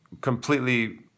completely